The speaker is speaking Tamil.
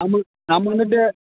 நம்மளு நம்ம வந்துட்டு